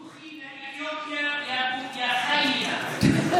רוחי לאתיופיה, יא חאינה.